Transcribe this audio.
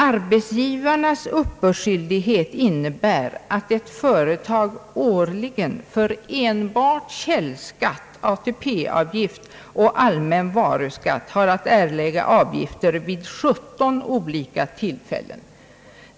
Arbetsgivarnas uppbördsskyldighet innebär att ett företag årligen för enbart källskatt, ATP-avgift och allmän varuskatt har att erlägga avgifter vid 17 olika tillfällen.